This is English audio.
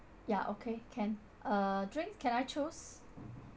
ya okay can uh drinks can I chose